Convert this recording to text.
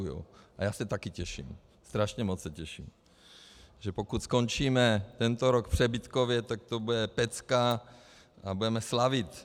A já se taky těším, strašně moc se těším, že pokud skončíme tento rok přebytkově, tak to bude pecka a budeme slavit.